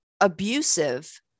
abusive